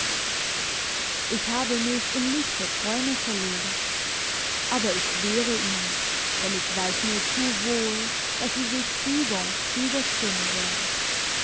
ich habe mich in lichte träume verloren aber ich wehre ihnen denn ich weiss nur zu wohl dass sie sich trüber und trüber spinnen werden